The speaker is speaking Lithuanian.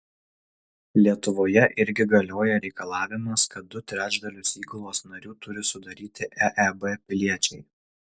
lietuvoje irgi galioja reikalavimas kad du trečdalius įgulos narių turi sudaryti eeb piliečiai